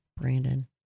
Brandon